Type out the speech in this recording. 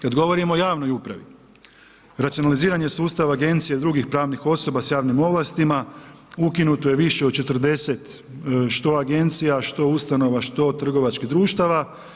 Kad govorimo o javnoj upravi, racionaliziranje sustava agencije i drugih pravnih osoba s javnim ovlastima, ukinuto je više od 40 što agencija, što ustanova, što trgovačkih društava.